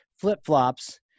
flip-flops